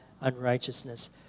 unrighteousness